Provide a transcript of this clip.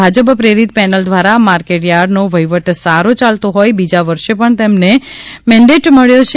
ભાજપ પ્રેરીત પેનલ દ્વારા માર્કેટથાર્ડનો વહિવટ સારો યાલતો હોઈ બીજા વર્ષે પણ તેમને મેન્ડેટ મળ્યો છે